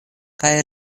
kaj